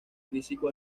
físico